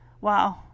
wow